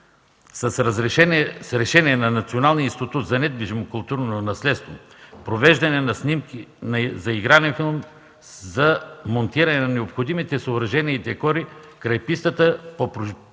с решение на Националния институт за недвижимо културно наследство за провеждане на снимки за игрален филм, монтиране на необходимите съоръжения и декори край пистата, по протежение